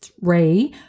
ray